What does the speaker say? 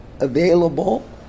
available